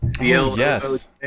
Yes